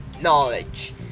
knowledge